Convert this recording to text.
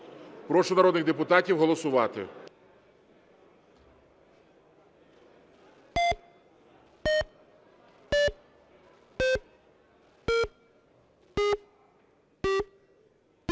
Прошу народних депутатів голосувати.